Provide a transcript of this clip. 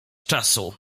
czasu